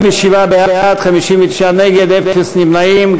47 בעד, 59 נגד, אין נמנעים.